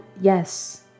yes